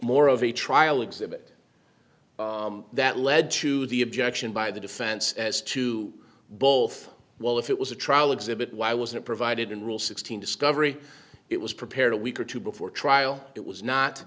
more of a trial exhibit that led to the objection by the defense as to both well if it was a trial exhibit why wasn't provided in rule sixteen discovery it was prepared a week or two before trial it was not